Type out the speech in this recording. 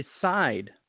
decide